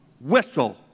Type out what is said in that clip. whistle